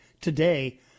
today